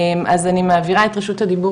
אז אני מעבירה קודם כל את רשות הדיבור